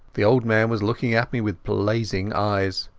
the old man was looking at me with blazing eyes.